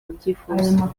babyifuza